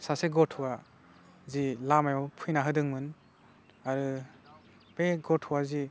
सासे गथ'आ जि लामायाव फैना होदोंमोन आरो बे गथ'आ जि